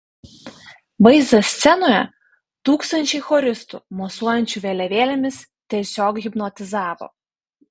vaizdas scenoje tūkstančiai choristų mosuojančių vėliavėlėmis tiesiog hipnotizavo